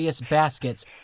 baskets